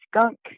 skunk